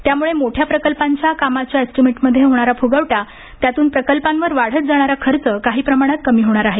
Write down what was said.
त्यामुळे मोठ्या प्रकल्पांच्या कामाच्या एस्टिमेटमधे होणारा फुगवटा यातून प्रकल्पांवर वाढत जाणारा खर्च काही प्रमाणात कमी होणार आहे